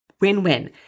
win-win